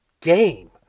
game